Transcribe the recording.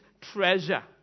treasure